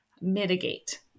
mitigate